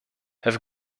have